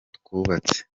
twubatse